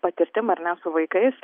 patirtim ar ne su vaikais